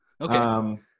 Okay